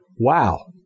Wow